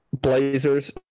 Blazers